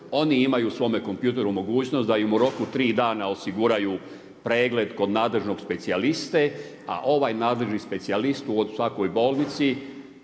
oni imaju u svome kompjuter mogućnost da im u roku 3 dana osiguraju pregled, kod nadležnog specijaliste, a ovaj nadležni specijalist u svakoj bolnici